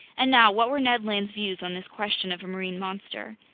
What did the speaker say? and now, what were ned land's views on this question of a marine monster?